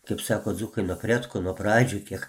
kaip sako dzūkai nuo pretskun nuo pradžių kiek